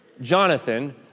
Jonathan